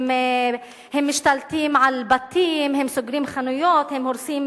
הם משתלטים על בתים, הם סוגרים חנויות, הם הורסים